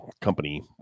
company